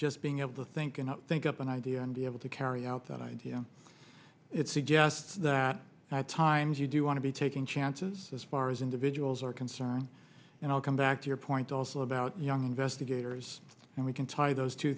just being able to think and think up an idea and be able to carry out that idea it suggests that high times you do want to be taking chances as far as individuals are concerned and i'll come back to your point also about young investigators and we can tie those two